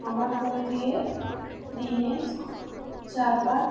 আমার ফোন দিয়ে দিনে চারবার